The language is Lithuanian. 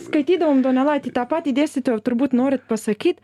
skaitydavom donelaitį tą patį dėstytojau turbūt norit pasakyt